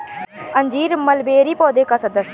अंजीर मलबेरी पौधे का सदस्य है